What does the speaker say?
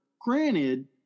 Granted